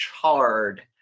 charred